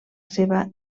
seva